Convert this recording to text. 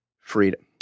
Freedom